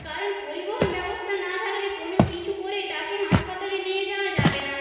কারণ পরিবহণ ব্যবস্থা না থাকলে কোনো কিছু করেই তাকে হাসপাতালে নিয়ে যাওয়া যাবে না